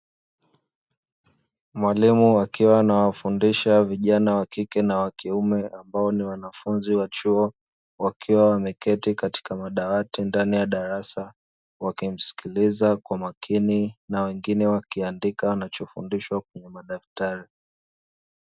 Mwalimu akiwa anawafundisha wanafunzi wa kike na kiume ambao ni wanafunzi wa chuo, wakiwa wameketi katika madawati ndani ya darasa wakimsikiliza kwa makini na wengine wakiandika wanachofundishwa kwenye madaftari.